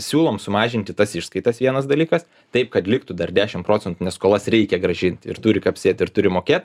siūlom sumažinti tas išskaitas vienas dalykas taip kad liktų dar dešimt procentų nes skolas reikia grąžinti ir turi kapsėti ir turi mokėt